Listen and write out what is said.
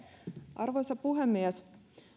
arvoisa puhemies